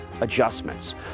adjustments